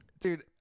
Dude